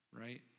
right